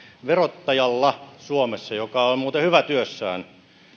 verottajalla joka on muuten hyvä työssään